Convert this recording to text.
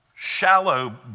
shallow